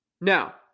Now